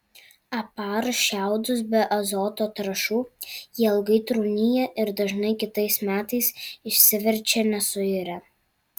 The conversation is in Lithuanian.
aparus šiaudus be azoto trąšų jie ilgai trūnija ir dažnai kitais metais išsiverčia nesuirę